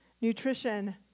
nutrition